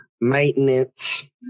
maintenance